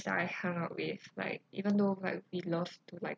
I hung out with like even though like we loved to like